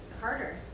harder